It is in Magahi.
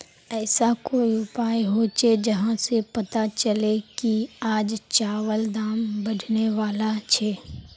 ऐसा कोई उपाय होचे जहा से पता चले की आज चावल दाम बढ़ने बला छे?